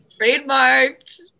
Trademarked